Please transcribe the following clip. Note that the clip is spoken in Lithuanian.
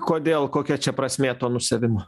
kodėl kokia čia prasmė to nusiavimo